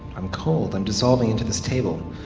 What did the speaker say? i'm cold, i'm dissolving into this table.